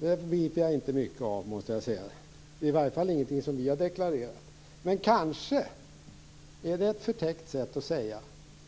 Det begriper jag inte mycket av. Det är i varje fall ingenting som vi har deklarerat. Det kanske är ett förtäckt sätt att säga